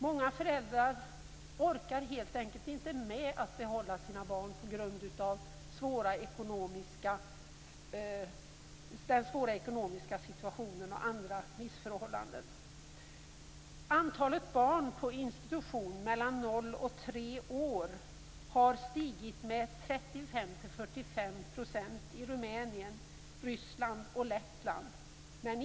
Många föräldrar orkar helt enkelt inte behålla sina barn, på grund av en svår ekonomisk situation och andra missförhållanden. Antalet barn mellan noll och tre år på institution har stigit med 35-45 % i Rumänien, Ryssland och Lettland.